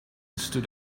stood